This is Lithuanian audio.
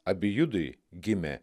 abijudui gimė